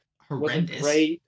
horrendous